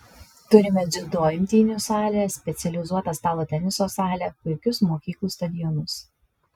turime dziudo imtynių salę specializuotą stalo teniso salę puikius mokyklų stadionus